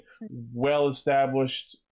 well-established